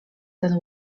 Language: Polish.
ten